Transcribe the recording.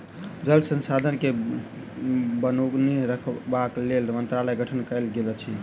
जल संसाधन के बनौने रखबाक लेल मंत्रालयक गठन कयल गेल अछि